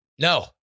No